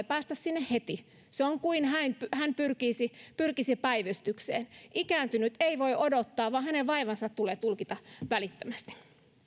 päästä sinne heti se on kuin hän hän pyrkisi pyrkisi päivystykseen ikääntynyt ei voi odottaa vaan hänen vaivansa tulee tulkita välittömästi